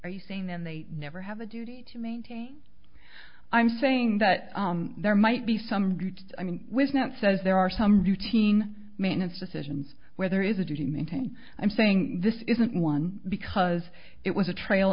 are you saying then they never have a duty to maintain i'm saying that there might be some i mean witness says there are some routine maintenance decisions where there is a duty to maintain i'm saying this isn't one because it was a tr